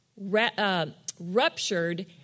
ruptured